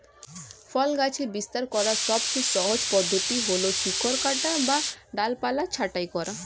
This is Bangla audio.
ফল গাছের বিস্তার করার সবচেয়ে সহজ পদ্ধতি হল শিকড় কাটা বা ডালপালা ছাঁটাই করা